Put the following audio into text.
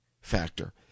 factor